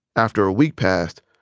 after a week passed,